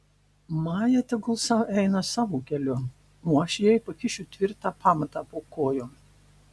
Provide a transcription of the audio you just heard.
maja tegul sau eina savo keliu o aš jai pakišiu tvirtą pamatą po kojom